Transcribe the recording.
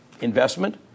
investment